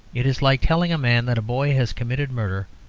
it is like telling a man that a boy has committed murder,